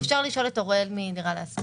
אפשר לשאול את אוראל מדירה להשכיר.